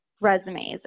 resumes